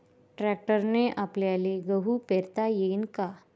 ट्रॅक्टरने आपल्याले गहू पेरता येईन का?